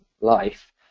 Life